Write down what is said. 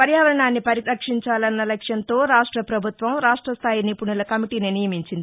పర్యావరణాన్ని పరిరక్షించాలన్న లక్ష్యంతో రాష్ట ప్రభుత్వం రాష్ట స్టాయి నిపుణుల కమిటీని నియమించింది